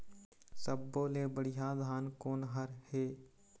सब्बो ले बढ़िया धान कोन हर हे?